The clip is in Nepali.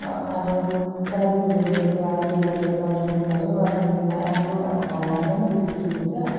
अब बारीतिर रोपेको आफूले रोपेको त अर्ग्यानिक भयो अर्ग्यानिक त राम्रो अब भाउमा पनि बिक्री हुन्छ